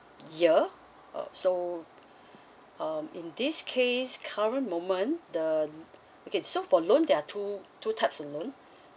year uh so um in this case current moment the okay so for loan there are two two types of loan